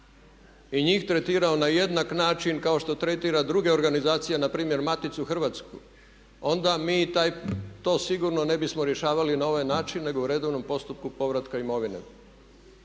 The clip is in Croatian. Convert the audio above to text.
i njih tretirao na jednak način kao što tretira druge organizacije na primjer Maticu hrvatsku, onda mi to sigurno ne bismo rješavali na ovaj način nego u redovnom postupku povratka imovine.